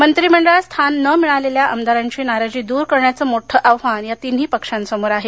मंत्रीमंडळात स्थान न मिळालेल्या आमदारांची नाराजी दूर करण्याची मोठं आव्हान या तिन्ही पक्षांसमोरआहे